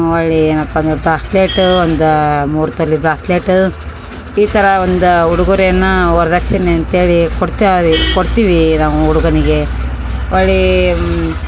ಹೊಳ್ಳಿ ಏನಪ್ಪ ಅಂದ್ರೆ ಬ್ರಾಸ್ಲೇಟ್ ಒಂದು ಮೂರು ತೊಲ ಬ್ರಾಸ್ಲೇಟ್ ಈ ಥರ ಒಂದು ಉಡುಗೊರೆನ ವರದಕ್ಷಿಣೆ ಅಂತೇಳಿ ಕೊಡ್ತಾರೆ ಕೊಡ್ತೀವಿ ನಾವು ಹುಡುಗನಿಗೆ ಹೊಳ್ಳಿ